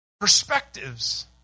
perspectives